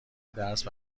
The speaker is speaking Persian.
درس